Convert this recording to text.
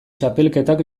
txapelketak